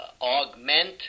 augment